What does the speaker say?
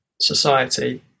society